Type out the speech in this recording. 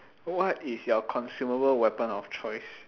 what is your consumable weapon of choice